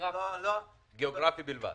גיאוגרפי בלבד.